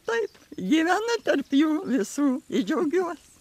taip gyvenu tarp jų visų ir džiaugiuosi